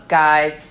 guys